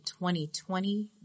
2020